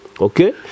Okay